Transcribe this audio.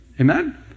Amen